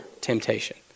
temptation